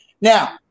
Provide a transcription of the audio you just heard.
Now